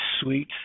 sweet